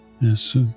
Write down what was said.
Yes